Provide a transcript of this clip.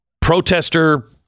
protester